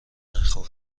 نخور